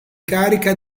carica